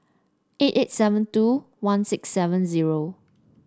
eight eight seven two one six seven zero